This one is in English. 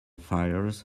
fires